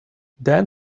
then